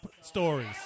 stories